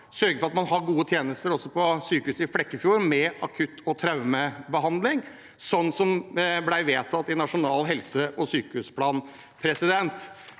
sørger for at man har gode tjenester også på sykehuset i Flekkefjord, med akutt- og traumebehandling, sånn det ble vedtatt i Nasjonal helse- og sykehusplan? Som sagt